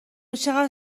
چقدر